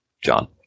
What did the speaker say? John